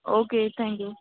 okay thank you